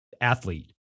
athlete